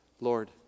Lord